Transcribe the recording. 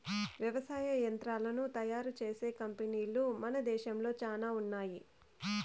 వ్యవసాయ యంత్రాలను తయారు చేసే కంపెనీలు మన దేశంలో చానా ఉన్నాయి